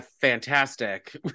fantastic